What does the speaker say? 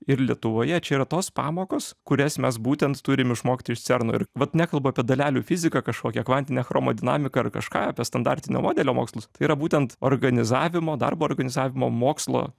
ir lietuvoje čia yra tos pamokos kurias mes būtent turim išmokti iš cerno ir vat nekalbu apie dalelių fiziką kažkokią kvantinę chromodinamiką ar kažką apie standartinio modelio mokslus tai yra būtent organizavimo darbo organizavimo mokslo